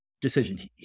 decision